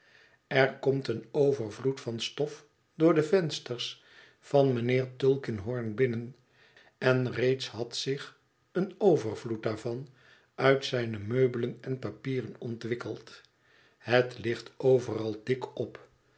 er komt een overvloed van stof door dé vensters van mijnheer tulkinghorn binnen en reeds had zich een overvloed daarvan uit zijne meubelen en papieren ontwikkeld het ligt overal dik op